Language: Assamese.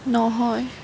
নহয়